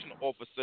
officer